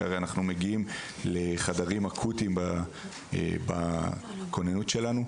שהרי אנחנו מגיעים לחדרים אקוטיים בכוננות שלנו,